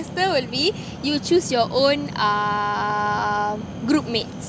first term will be you choose your own ah group mates